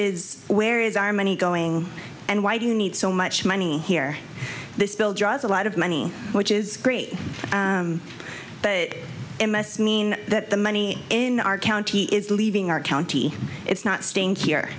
is where is our money going and why do you need so much money here this bill draws a lot of money which is great but it must mean that the money in our county is leaving our county it's not staying here